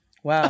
Wow